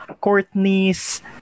Courtney's